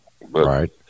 Right